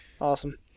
Awesome